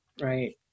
right